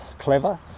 clever